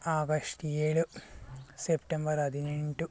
August ಏಳು September ಹದಿನೆಂಟು